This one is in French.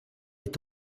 est